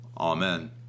Amen